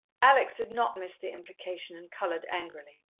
alex did not miss the implication, and coloured angrily.